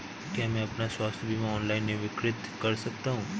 क्या मैं अपना स्वास्थ्य बीमा ऑनलाइन नवीनीकृत कर सकता हूँ?